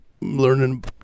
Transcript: learning